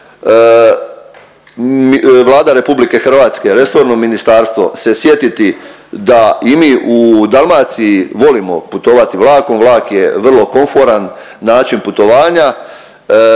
Vlada RH, resorno ministarstvo se sjetiti da i mi u Dalmaciji volimo putovati vlakom, vlak je vrlo komforan način putovanja,